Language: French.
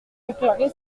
déclaré